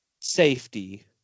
safety